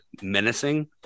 menacing